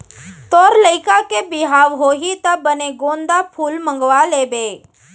तोर लइका के बिहाव होही त बने गोंदा फूल मंगवा लेबे